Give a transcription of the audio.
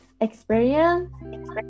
experience